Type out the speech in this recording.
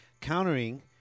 countering